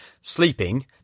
sleeping